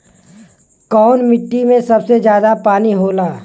कौन मिट्टी मे सबसे ज्यादा पानी होला?